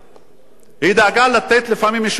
היא דאגה לתת, לפעמים, אישורים פיקטיביים.